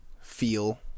feel